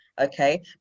okay